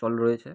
চল রয়েছে